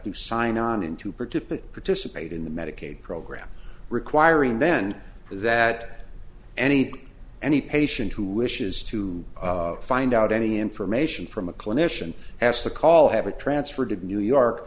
to sign on into particular participate in the medicaid program requiring then that any any patient who wishes to find out any information from a clinician has to call have a transfer did new york